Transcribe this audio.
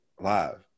live